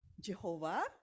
Jehovah